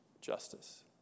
justice